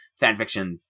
fanfiction